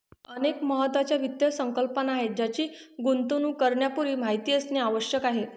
अनेक महत्त्वाच्या वित्त संकल्पना आहेत ज्यांची गुंतवणूक करण्यापूर्वी माहिती असणे आवश्यक आहे